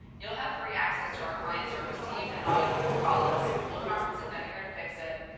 you'll have free access to our client service team, and all you do is call us, and we'll conference in medicare to fix it.